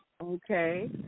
Okay